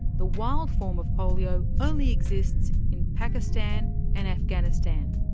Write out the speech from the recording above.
the wild form of polio only exists in pakistan and afghanistan.